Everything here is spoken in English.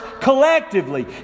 collectively